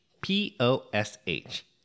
P-O-S-H